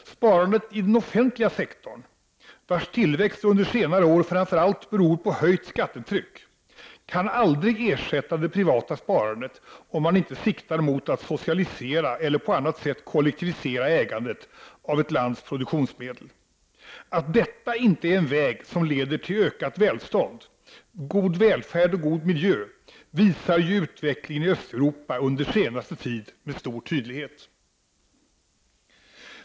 Sparandet i den offentliga sektorn — vars tillväxt under senare år framför allt beror på höjt skattetryck — kan aldrig ersätta det privata sparandet, om man inte siktar mot att socialisera eller på annat sätt kollektivisera ägandet av ett lands produktionsmedel. Att detta inte är en väg som leder till ökat välstånd, god välfärd och god miljö visar ju utvecklingen i Östeuropa under senaste tid med stor tydlighet!